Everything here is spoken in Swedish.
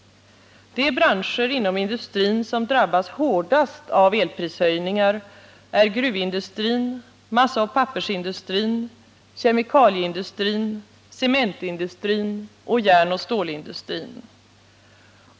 De branscher inom industrin som drabbas hårdast av elprishöjningar är gruvindustrin, massaoch pappersindustrin, kemikalieindustrin, cementindustrin och järnoch stålindustrin.